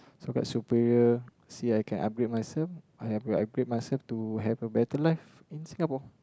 so called superior see I can upgrade myself I will upgrade myself to have a better life in Singapore